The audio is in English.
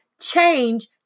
change